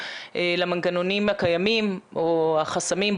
למנגנונים הקיימים או החסמים.